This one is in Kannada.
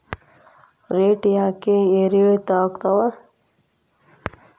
ರೇಟ್ ಯಾಕೆ ಏರಿಳಿತ ಆಗ್ತಾವ?